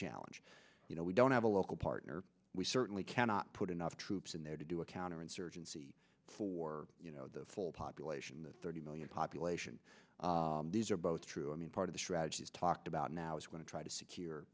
challenge you know we don't have a local partner we certainly cannot put enough troops in there to do a counterinsurgency for you know the full population the thirty million population these are both true i mean part of the strategy is talked about now is going to try to secure